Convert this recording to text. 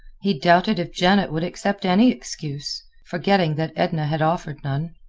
he doubted if janet would accept any excuse forgetting that edna had offered none.